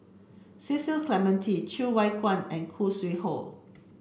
Cecil Clementi Cheng Wai Keung and Khoo Sui Hoe